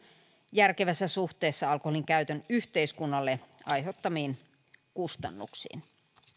järkevässä suhteessa alkoholin käytön yhteiskunnalle aiheuttamiin kustannuksiin